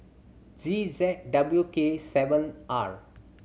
G Z W K seven R